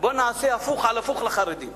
בואו נעשה הפוך על הפוך לחרדים.